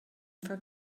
for